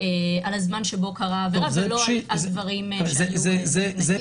הזמן שבו קרתה העבירה ולא על דברים --- זה פשיטא.